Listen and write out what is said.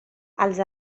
els